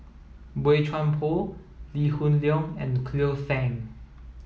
Boey Chuan Poh Lee Hoon Leong and Cleo Thang